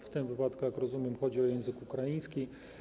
W tym wypadku, jak rozumiem, chodzi o język ukraiński.